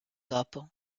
dopo